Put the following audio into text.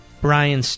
Brian